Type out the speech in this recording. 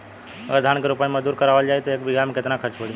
अगर धान क रोपाई मजदूर से करावल जाई त एक बिघा में कितना खर्च पड़ी?